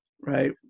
right